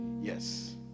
Yes